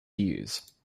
use